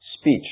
speech